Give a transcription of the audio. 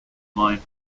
mine